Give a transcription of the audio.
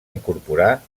incorporar